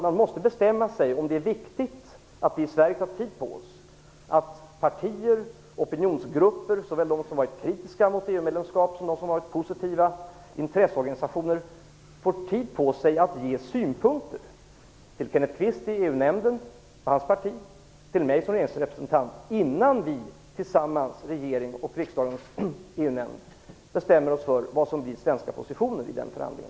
Man måste bestämma sig för om det är viktigt att vi i Sverige tar tid på oss för att låta partier, opinionsgrupper, såväl de som har varit kritiska mot EU-medlemskap som de som har varit positiva, och intresseorganisationer ge synpunkter till Kenneth Kvist i EU-nämnden och till hans parti och till mig som regeringsrepresentant innan vi, regeringen och riksdagens EU-nämnd, tillsammans bestämmer oss för vilken som skall bli den svenska positionen i den förhandlingen.